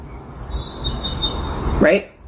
right